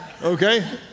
Okay